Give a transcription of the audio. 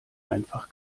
einfach